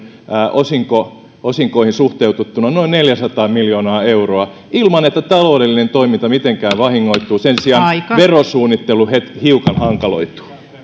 osinkoihin suhteutettuna noin neljäsataa miljoonaa euroa ilman että taloudellinen toiminta mitenkään vahingoittuu sen sijaan verosuunnittelu hiukan hankaloituu